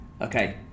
Okay